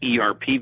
ERP